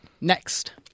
next